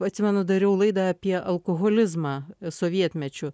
atsimenu dariau laidą apie alkoholizmą sovietmečiu